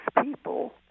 people